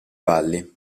valli